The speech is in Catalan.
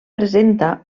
presenta